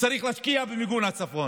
וצריך להשקיע במיגון הצפון.